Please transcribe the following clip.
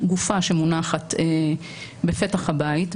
גופה שמונחת בפתח הבית,